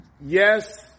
yes